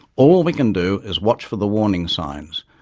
all we can do is watch for the warning signs,